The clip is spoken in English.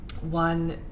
one